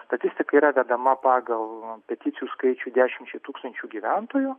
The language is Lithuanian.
statistika yra vedama pagal peticijų skaičių dešimčiai tūkstančių gyventojų